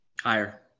Higher